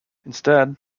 instead